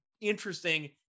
interesting